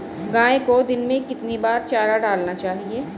गाय को दिन में कितनी बार चारा डालना चाहिए?